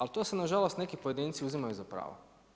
Ali to si nažalost neki pojedinci uzimaju za pravo.